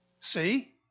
See